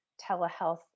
telehealth